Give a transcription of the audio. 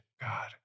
God